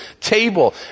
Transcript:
table